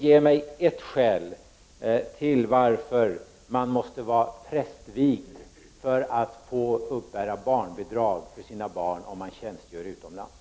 Ge mig ett skäl till att man måste vara prästvigd för att få uppbära barnbidrag för sina barn, om man tjänstgör utomlands!